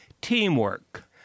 teamwork